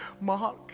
Mark